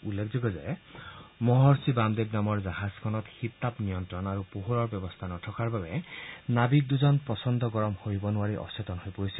উল্লেখযোগ্য যে মহৰ্ষি বামদেৱ নামৰ জাহাজখনত শীত তাপ নিয়ন্ত্ৰণ আৰু পোহৰৰ ব্যৱস্থা নথকা বাবে নাবিক দুজন প্ৰচণ্ড গৰমৰ বাবে অচেতন হৈ পৰিছে